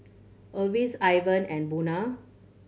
Lesia Ivan and Buna